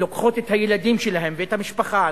ולוקחות את הילדים שלהם ואת המשפחה,